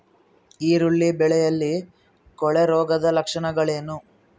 ಈರುಳ್ಳಿ ಬೆಳೆಯಲ್ಲಿ ಕೊಳೆರೋಗದ ಲಕ್ಷಣಗಳೇನು?